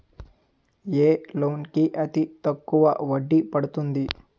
ఏ loan కి అతి తక్కువ వడ్డీ పడుతుంది?